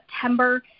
September